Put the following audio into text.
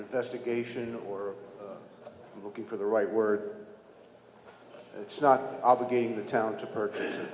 investigation or looking for the right word it's not obligated to town to purchase